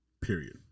Period